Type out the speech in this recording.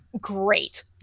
great